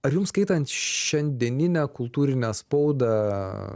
ar jums skaitant šiandieninę kultūrinę spaudą